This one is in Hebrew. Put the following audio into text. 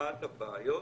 אחת הבעיות